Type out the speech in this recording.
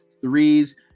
threes